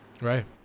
Right